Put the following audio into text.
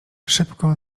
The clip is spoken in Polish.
szybko